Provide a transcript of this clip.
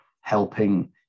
helping